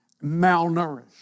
malnourished